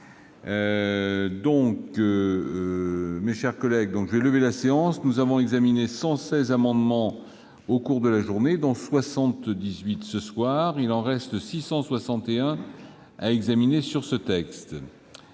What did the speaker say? bis Mes chers collègues, je vais lever la séance. Nous avons examiné 116 amendements au cours de la journée, dont 78 ce soir ; il en reste 661 à examiner sur ce texte.